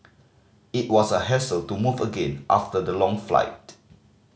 it was a hassle to move again after the long flight